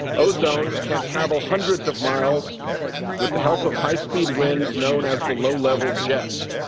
ozone can travel hundreds of miles with the help of high-speed winds known as the low-level jet.